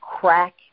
crack